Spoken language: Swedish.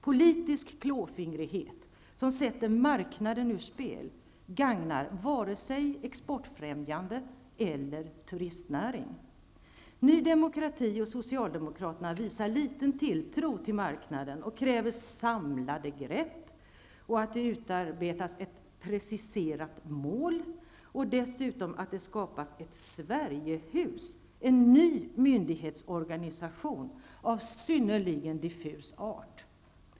Politisk klåfingrighet, som sätter marknaden ur spel, gagnar inte vare sig exportfrämjande eller turistnäring. Ny demokrati och Socialdemokraterna visar liten tilltro till marknaden och kräver ''samlade grepp'' och att det utarbetas ett ''preciserat mål'' och dessutom att det skapas ett ''Sverige-hus'', en ny myndighetsorganisation av synnerligen diffus art.